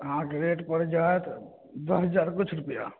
अहाँके रेट पड़ि जायत दस हजार किछु रुपैआ